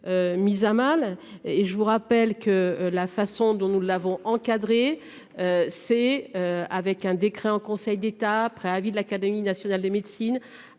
Mise à mal et je vous rappelle que la façon dont nous l'avons encadré. C'est avec un décret en Conseil d'État préavis de l'Académie nationale de médecine.